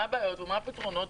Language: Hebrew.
מה הבעיות ומה הפתרונות,